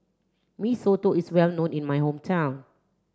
Mee Soto is well known in my hometown